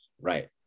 Right